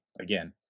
again